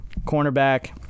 cornerback